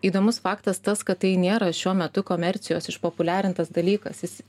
įdomus faktas tas kad tai nėra šiuo metu komercijos išpopuliarintas dalykas jis